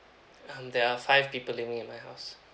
um there are five people living in my house